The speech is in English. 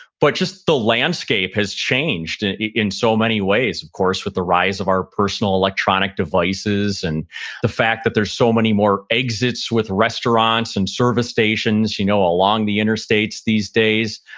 but just the landscape has changed and in so many ways, of course with the rise of our personal electronic devices and the fact that there's so many more exits with restaurants and service stations you know along the interstates these days.